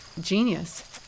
genius